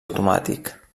automàtic